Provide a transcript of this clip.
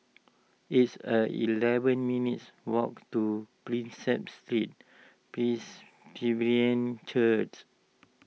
it's a eleven minutes' walk to Prinsep Street Church